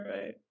Right